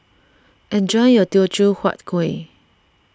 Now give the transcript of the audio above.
enjoy your Teochew Huat Kuih